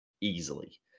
easily